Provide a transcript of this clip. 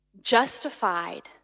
justified